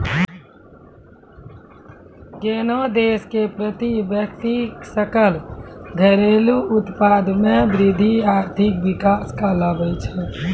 कोन्हो देश के प्रति व्यक्ति सकल घरेलू उत्पाद मे वृद्धि आर्थिक विकास कहलाबै छै